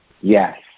Yes